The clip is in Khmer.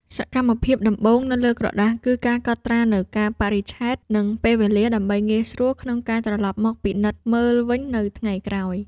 សកម្មភាពដំបូងនៅលើក្រដាស គឺការកត់ត្រានូវកាលបរិច្ឆេទ និងពេលវេលា ដើម្បីងាយស្រួលក្នុងការត្រឡប់មកពិនិត្យមើលវិញនៅថ្ងៃក្រោយ។